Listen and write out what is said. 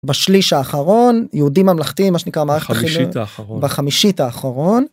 בשליש האחרון יהודים ממלכתיים מה שנקרא ממלכתי בחמישית האחרון בחמישית האחרון.